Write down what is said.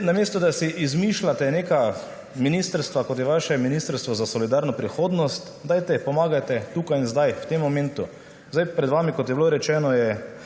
Namesto da si izmišljate neka ministrstva, kot je vaše ministrstvo za solidarno prihodnost, pomagajte tu in zdaj, ta trenutek. Pred vami, kot je bilo rečeno, je